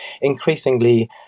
increasingly